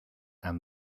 and